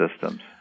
systems